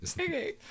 okay